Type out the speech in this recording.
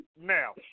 now